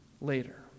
later